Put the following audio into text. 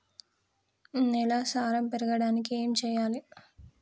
నేల సారం పెరగడానికి ఏం చేయాలి?